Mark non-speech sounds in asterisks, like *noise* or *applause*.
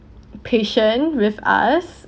*breath* patient with us